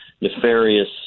nefarious